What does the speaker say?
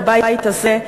בבית הזה,